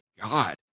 God